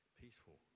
peaceful